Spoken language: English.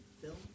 film